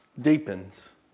deepens